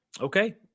okay